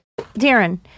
darren